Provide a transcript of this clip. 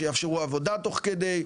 שיאפשרו עבודה תוך כדי,